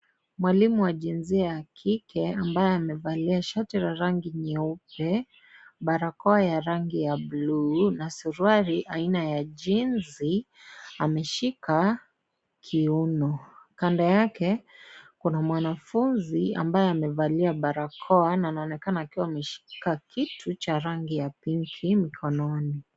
Mwalimu wa jinsia ya kike ambaye amavalia shati la rangi nyeupe, barakoa ya rangi ya bluu na suruali aina ya jinzi ameshika kiuno. Kando yake, kuna mwanafunzi ambaye amevalia barakoa na anaoekana akiwa ameshika kitu cha rangi ya pinki mikononi.